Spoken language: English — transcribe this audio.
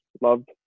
loved